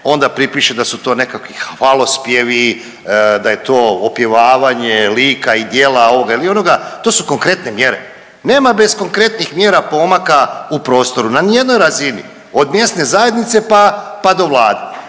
onda pripiše da su to nekakvi hvalospjevi, da je to opjevavanje lika i djela, ovoga ili onoga, to su konkretne mjere. Nema bez konkretnih mjera pomaka u prostoru na nijednoj razini, od mjesne zajednice, pa, pa do Vlade.